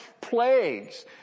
plagues